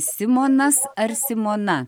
simonas ar simona